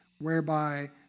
whereby